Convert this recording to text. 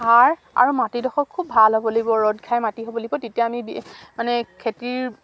সাৰ আৰু মাটিডোখৰ খুব ভাল হ'ব লাগিব ৰ'দ ঘাই মাটি হ'ব লাগিব তেতিয়া আমি মানে খেতিৰ